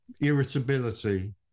irritability